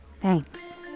thanks